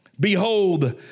Behold